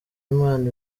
imana